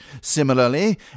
Similarly